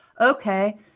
Okay